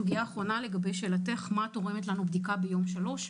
לגבי שאלתך מה תורמת לנו בדיקה ביום השלישי?